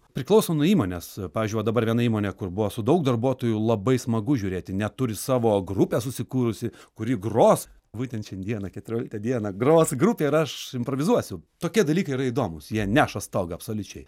priklauso nuo įmonės pavyzdžiui va dabar viena įmonė kur buvo su daug darbuotojų labai smagu žiūrėti net turi savo grupę susikūrusi kuri gros būtent šiandieną keturioliktą dieną gros grupė ir aš improvizuosiu tokie dalykai yra įdomūs jie neša stogą absoliučiai